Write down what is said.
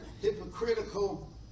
hypocritical